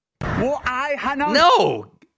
no